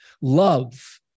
Love